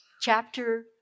chapter